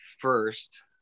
first